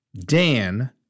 Dan